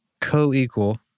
co-equal